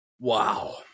wow